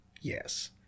Yes